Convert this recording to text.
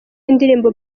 indirimbo